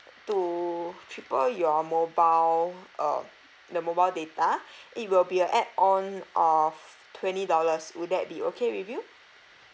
to triple your mobile uh the mobile data it will be a add on of twenty dollars would that be okay with you